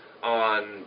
On